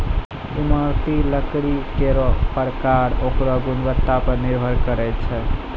इमारती लकड़ी केरो परकार ओकरो गुणवत्ता पर निर्भर करै छै